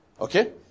Okay